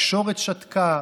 התקשורת שתקה,